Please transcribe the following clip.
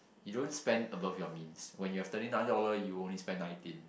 you don't spend above your means when you have thirty nine dollar you only spend nineteen